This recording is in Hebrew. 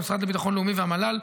המשרד לביטחון לאומי והמל"ל,